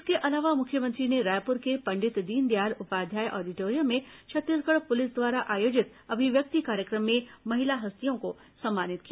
इसके अलावा मुख्यमंत्री ने रायपुर के पंडित दीनदयाल उपाध्याय ऑडिटोरियम में छत्तीसगढ़ पुलिस द्वारा आयोजित अभिव्यक्ति कार्यक्रम में महिला हस्तियों को सम्मानित किया